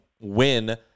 win